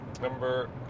number